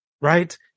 Right